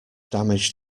damaged